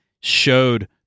showed